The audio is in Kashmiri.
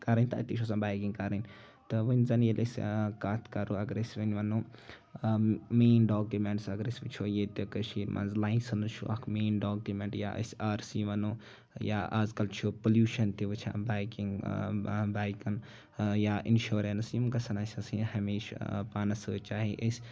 کَرٕنۍ تہٕ اَتی چھ آسان بایکِنگ کَرٕںی تہٕ وٕنۍ زَن أسۍ کَتھ کرو اَگر أسۍ وٕنۍ وَنو مین ڈااکوٗمینٹٔس اَگر أسۍ وٕچھو ییٚتہِ کٔشیٖر منز لایسَنس چھُ اکھ مین ڈاکوٗمینٹ یا أسۍ آر سی وَنو یا آز کل چھُ پُلیوٗشن تہِ وٕچھان بایکِنگ بایکَن یا اِنشورَنس یِم گژھن اَسہِ آسٕنۍ ہمیشہٕ پانَس سۭتۍ چاہے أسۍ